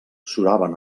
suraven